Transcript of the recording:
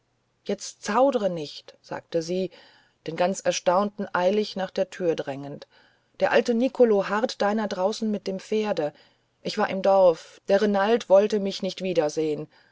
jetzt zaudere nicht sagte sie den ganz erstaunten eilig nach der tür drängend der alte nicolo harrt deiner draußen mit dem pferde ich war im dorf der renald wollte mich nicht wiedersehn